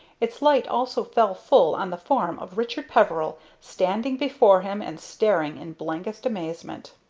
its light also fell full on the form of richard peveril standing before him and staring in blankest amazement.